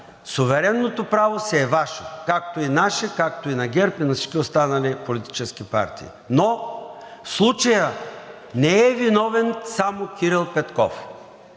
суверенното право си е Ваше, както и наше, както и на ГЕРБ, и на всички останали политически партии, но в случая не е виновен само Кирил Петков.